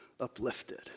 uplifted